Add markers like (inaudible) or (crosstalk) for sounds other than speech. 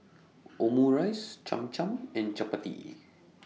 Omurice Cham Cham and Chapati (noise)